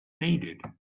needed